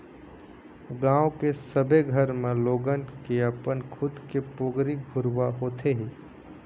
गाँव के सबे घर म लोगन के अपन खुद के पोगरी घुरूवा होथे ही